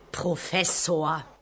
Professor